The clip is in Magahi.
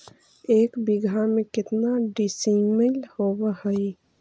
एक बीघा में केतना डिसिमिल होव हइ?